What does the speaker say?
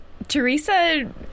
Teresa